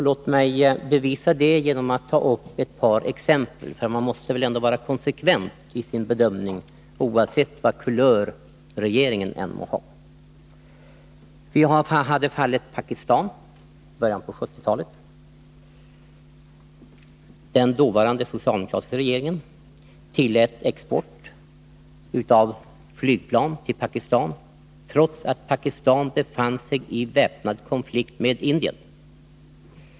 Låt mig bevisa det genom att ta upp ett par exempel — man måste väl trots allt vara konsekvent i sin bedömning, oavsett vilken kulör regeringen än må ha. Vi hade fallet Pakistan i början av 1970-talet. Den dåvarande socialdemokratiska regeringen tillät export av flygplan till Pakistan, trots att Pakistan befann sig i väpnad konflikt med Indien.